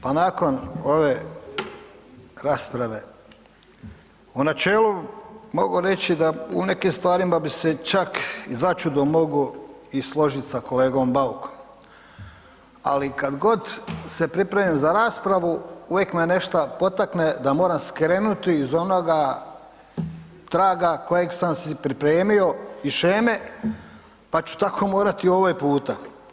Pa nakon ove rasprave, u načelu mogu reći da u nekim stvarima bi se čak začudo mogao i složiti sa kolegom Baukom ali kad god se pripremim za raspravu, uvijek me nešto potakne da moram skrenuti iz onoga traga kojeg sam si pripremio i sheme pa ću tako morati i ovaj puta.